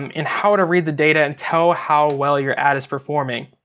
um and, how to read the data and tell how well your ad is performing.